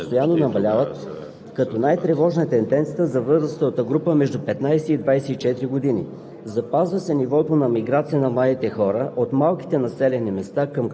Статистическите данни в Доклада отчитат, че България следва общата за Европейския съюз тенденция на застаряване на населението. Младите хора постоянно намаляват,